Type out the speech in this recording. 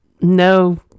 no